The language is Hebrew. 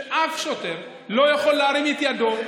אף שוטר לא יכול להרים את ידו,